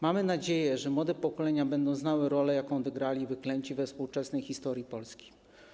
Mamy nadzieję, że młode pokolenia będą znały rolę, jaką odegrali wyklęci we współczesnej historii Polski.